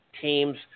teams